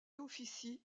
officie